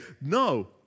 No